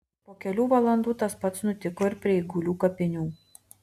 po kelių valandų tas pats nutiko prie eigulių kapinių